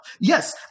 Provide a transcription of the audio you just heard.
Yes